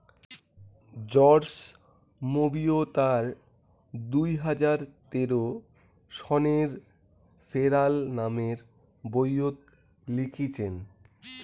George Monbiot তার দুই হাজার তেরো সনের ফেরাল নামের বইয়ত লিখিচেন